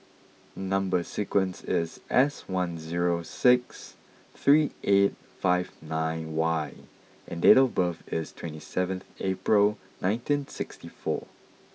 number sequence is S one zero six three eight five nine Y and date of birth is twenty seven April nineteen sixty four